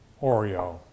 oreo